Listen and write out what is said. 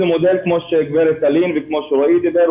כמו שגברת אלין וכמו שרועי דיבר,